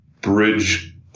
bridge